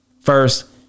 first